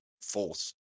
force